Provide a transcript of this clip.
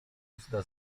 usta